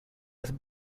with